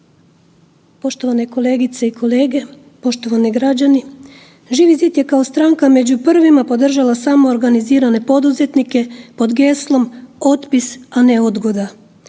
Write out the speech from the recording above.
Poštovane kolegice i kolege, poštovani građani. Živi zid je kao stranka među prvima podržala samoorganizirane poduzetnike pod geslom "Otpis, a ne odgoda".